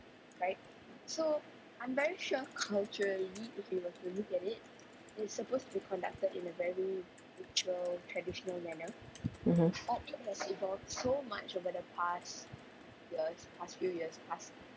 mmhmm